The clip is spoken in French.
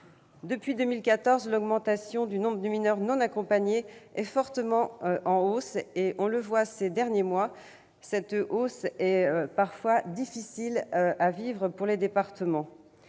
Depuis 2014, l'augmentation du nombre de mineurs non accompagnés est en forte hausse. Comme on l'a vu ces derniers mois, cette évolution est parfois difficile à vivre pour les départements.